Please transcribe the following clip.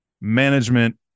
management